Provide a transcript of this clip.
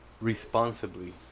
responsibly